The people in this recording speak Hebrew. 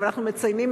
אבל אנחנו היום,